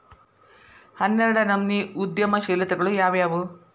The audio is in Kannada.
ಹನ್ನೆರ್ಡ್ನನಮ್ನಿ ಉದ್ಯಮಶೇಲತೆಗಳು ಯಾವ್ಯಾವು